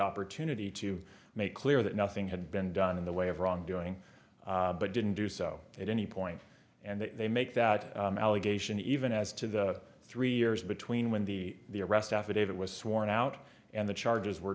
opportunity to make clear that nothing had been done in the way of wrongdoing but didn't do so at any point and they make that allegation even as to the three years between when the the arrest affidavit was sworn out and the charges were